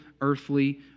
earthly